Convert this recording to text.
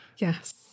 Yes